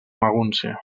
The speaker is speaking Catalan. magúncia